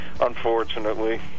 Unfortunately